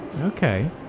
Okay